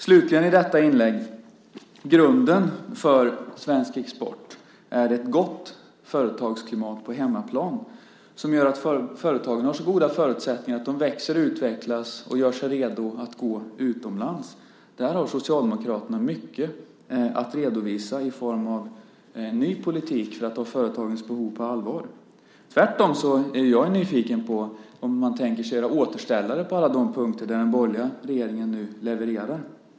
Slutligen i detta inlägg: Grunden för svensk export är ett gott företagsklimat på hemmaplan som gör att företagen har så goda förutsättningar att de växer och utvecklas och gör sig redo att gå utomlands. Där har Socialdemokraterna mycket att redovisa i form av ny politik för att ta företagens behov på allvar. Tvärtom är jag nyfiken på om man tänker sig göra återställare på alla de punkter där den borgerliga regeringen nu levererar.